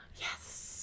Yes